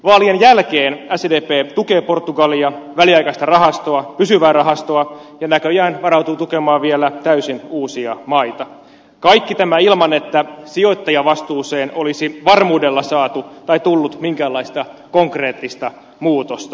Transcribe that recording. vaalien jälkeen sdp tukee portugalia väliaikaista rahastoa pysyvää rahastoa ja näköjään varautuu tukemaan vielä täysin uusia maita kaikki tämä ilman että sijoittajavastuuseen olisi varmuudella tullut minkäänlaista konkreettista muutosta